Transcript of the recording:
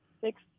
six